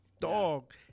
Dog